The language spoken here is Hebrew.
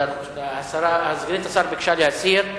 סגנית השר ביקשה להסיר.